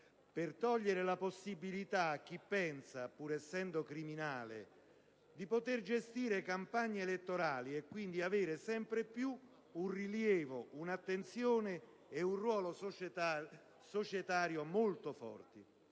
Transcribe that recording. per togliere la possibilità a chi pensa, pur essendo criminale, di poter gestire campagne elettorali e quindi avere sempre più un rilievo, un'attenzione e un ruolo sociale molto forti.